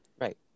right